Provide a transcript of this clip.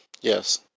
Yes